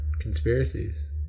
conspiracies